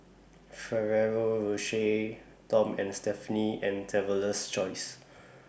Ferrero Rocher Tom and Stephanie and Traveler's Choice